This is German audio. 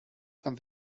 kann